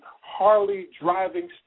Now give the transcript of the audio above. Harley-driving